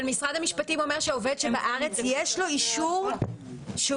אבל משרד המשפטים אומר שלעובד שבארץ יש לו אישור שהוא